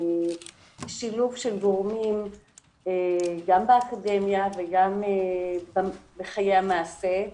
משילוב של גורמים גם באקדמיה וגם בחיי המעשה.